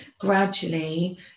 gradually